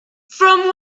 from